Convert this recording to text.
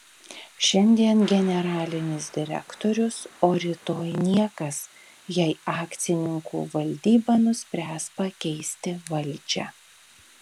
šiandien generalinis direktorius o rytoj niekas jei akcininkų valdyba nuspręs pakeisti valdžią